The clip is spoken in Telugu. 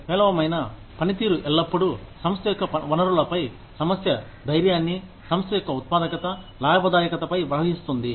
పేలవమైన పనితీరు ఎల్లప్పుడూ సంస్థ యొక్క వనరులపై సమస్య ధైర్యాన్ని సంస్థ యొక్క ఉత్పాదకత లాభదాయకతపై ప్రవహిస్తుంది